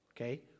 Okay